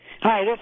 Hi